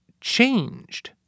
changed